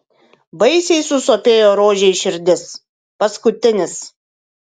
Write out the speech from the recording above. baisiai susopėjo rožei širdis paskutinis